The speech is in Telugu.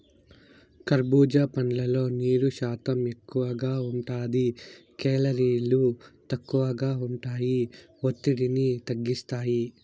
కర్భూజా పండ్లల్లో నీరు శాతం ఎక్కువగా ఉంటాది, కేలరీలు తక్కువగా ఉంటాయి, ఒత్తిడిని తగ్గిస్తాయి